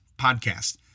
podcast